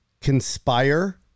conspire